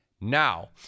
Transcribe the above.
Now